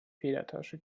federtasche